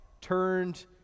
Turned